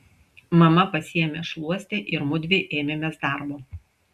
mama pasiėmė šluostę ir mudvi ėmėmės darbo